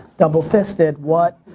double fisted, what?